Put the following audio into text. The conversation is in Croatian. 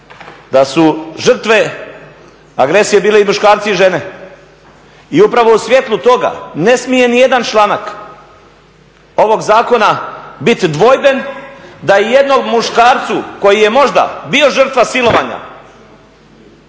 da su žrtve agresije bile i muškarci i žene i upravo u svijetlu toga ne smije nijedan članak ovog zakona biti dvojben da i jednom muškarcu koji je možda bio žrtva silovanja